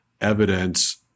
evidence